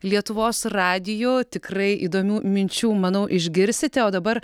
lietuvos radiju tikrai įdomių minčių manau išgirsite o dabar